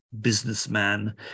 Businessman